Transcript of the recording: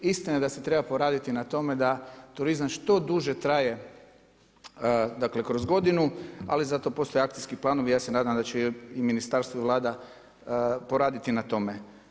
Istina da se treba poraditi na tome, da turizam što duže traje kroz godinu, ali zato postoje akcijski planovi, ja se nadam da će ministarstvo i Vlada poraditi na tome.